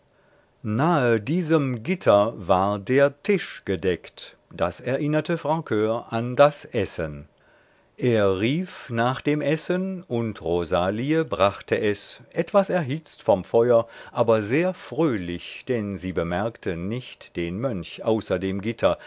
nahe diesem gitter war der tisch gedeckt das erinnerte francur an das essen er rief nach dem essen und rosalie brachte es etwas erhitzt vom feuer aber sehr fröhlich denn sie bemerkte nicht den mönch außer dem gitter